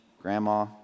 grandma